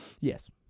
Yes